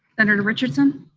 senator richardson?